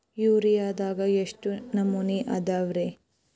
ಯೂರಿಯಾದಾಗ ಎಷ್ಟ ನಮೂನಿ ಅದಾವ್ರೇ?